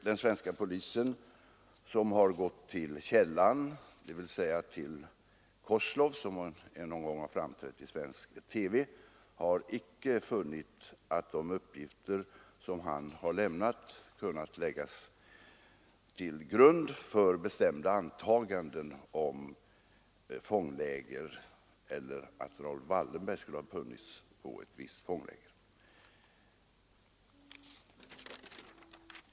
Den svenska polisen, som har gått till källan, dvs. till ”Kozlov”, som någon gång framträtt i svensk TV, har icke funnit att de uppgifter som han lämnat kunnat läggas till grund för bestämda antaganden om detta fångläger eller om att Raoul Wallenberg skulle ha funnits i ett visst fångläger.